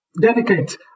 dedicate